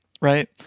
right